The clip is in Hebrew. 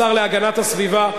השר להגנת הסביבה,